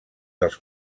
dels